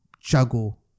juggle